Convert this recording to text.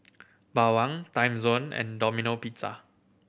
Bawang Timezone and Domino Pizza